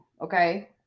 okay